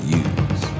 use